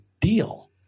deal